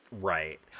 Right